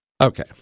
Okay